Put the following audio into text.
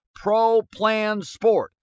ProPlanSport